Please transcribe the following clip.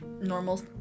normal